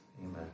Amen